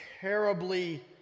terribly